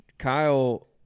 Kyle